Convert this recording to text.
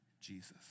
Jesus